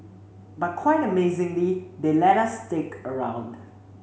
but quite amazingly they let us stick around